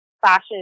fashion